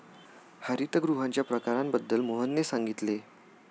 हरितगृहांच्या प्रकारांबद्दल मोहनने सांगितले